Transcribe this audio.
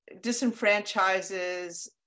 disenfranchises